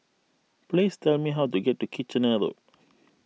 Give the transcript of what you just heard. please tell me how to get to Kitchener Road